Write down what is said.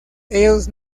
ellos